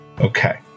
Okay